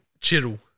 Chittle